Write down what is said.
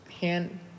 hand